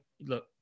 Look